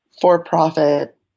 for-profit